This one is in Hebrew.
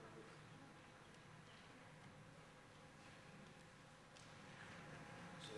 תודה